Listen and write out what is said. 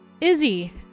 Izzy